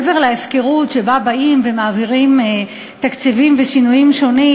מעבר להפקרות שבה באים ומעבירים תקציבים ושינויים שונים,